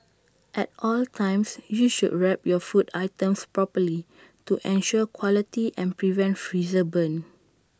at all times you should wrap your food items properly to ensure quality and prevent freezer burn